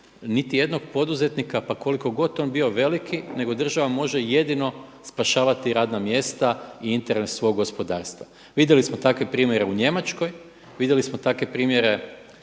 niti jednog poduzetnika pa koliko god on bio veliki nego država može jedino spašavati radna mjesta i interes svog gospodarstva. Vidjeli smo takve primjene u Njemačkoj, vidjeli smo takve primjere